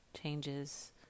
changes